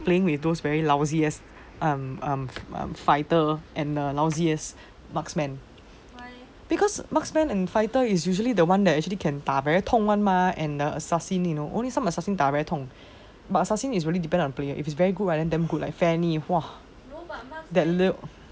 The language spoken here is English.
playing with those very lousy ass um um um fighter and the lousy ass marksman because marksman and fighter is usually the one that can 打 very 痛 [one] mah and the assassin you know only some assassin 打 very 痛 but assassin is really depend on player if very good right then damn good like fanny !wah! that look